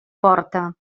porta